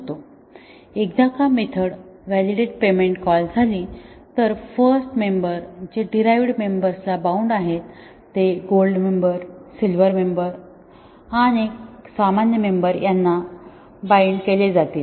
एकदा का method validate payment call झाली तर फर्स्ट मेंबर जे डीरहाईवड मेंबर्सला बाउंड आहेत ते गोल्ड मेंबर सिल्व्हर मेंबर आणि सामान्य मेंबर याना बाइंड केले जातील